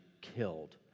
killed